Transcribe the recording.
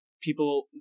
People